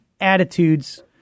attitudes